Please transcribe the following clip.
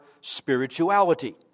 spirituality